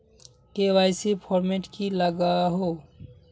KYC format की लागोहो?